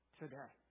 today